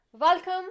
welcome